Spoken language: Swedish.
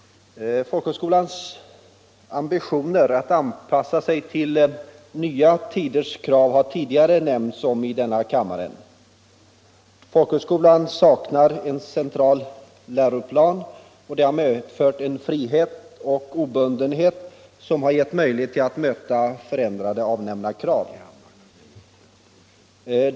Folkhögskolans ambitioner att anpassa sig till nya tiders krav har i tidigare debatter omnämnts här i kammaren. Folkhögskolan saknar en central läroplan, och det har medfört en frihet och en obundenhet som har gett möjlighet för folkhögskolan att möta förändrade avnämarkrav.